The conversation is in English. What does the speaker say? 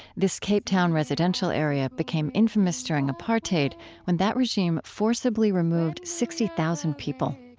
this cape town residential area became infamous during apartheid when that regime forcibly removed sixty thousand people.